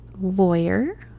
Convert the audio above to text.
lawyer